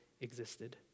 existed